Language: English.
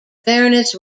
fairness